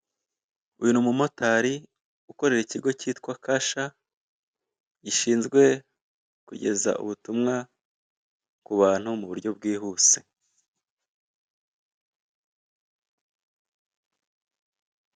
Iyu ni umumotari ukorera ikigo kitwa kasha gishinzwe kugeza ubutumwa ku bantu mu buryo bwihuse.